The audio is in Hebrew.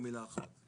במילה אחת,